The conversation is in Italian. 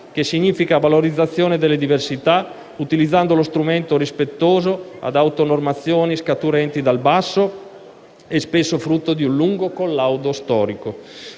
che significa valorizzazione delle diversità, utilizzando lo strumento rispettoso di auto-normazioni scaturenti dal basso e spesso frutto di un lungo collaudo storico.